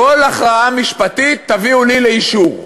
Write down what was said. כל הכרעה משפטית תביאו לי לאישור?